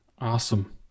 awesome